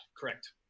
correct